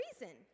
reason